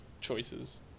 choices